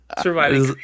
Surviving